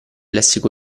lessico